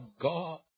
God